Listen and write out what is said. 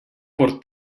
por